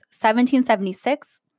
1776